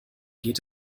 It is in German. geht